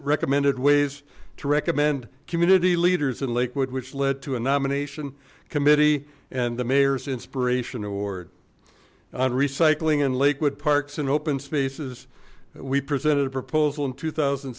recommended ways to recommend community leaders in lakewood which led to a nomination committee and the mayor's inspiration award on recycling in lakewood parks and open spaces we presented a proposal in two thousand